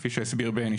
כפי שהסביר בני,